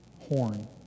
horn